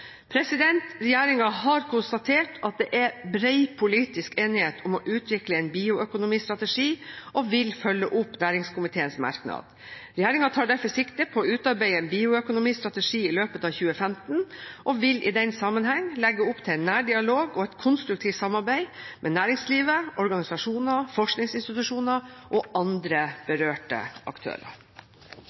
har konstatert at det er bred politisk enighet om å utvikle en bioøkonomistrategi, og vil følge opp næringskomiteens merknad. Regjeringen tar derfor sikte på å utarbeide en bioøkonomistrategi i løpet av 2015, og vil i den sammenheng legge opp til en nær dialog og et konstruktivt samarbeid med næringslivet, organisasjoner, forskningsinstitusjoner og andre berørte aktører.